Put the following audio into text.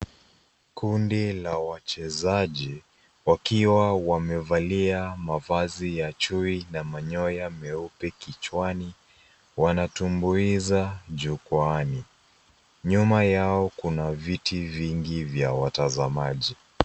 Kundi la wachezaji wakiwa wamevalia mavazi ya chui na manyoya meupe kichwani wanatumbuiza jukwaani. Nyuma yao kuna viti vingi vya watazamaji.